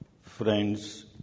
Friends